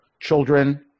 children